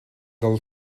del